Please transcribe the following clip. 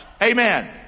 Amen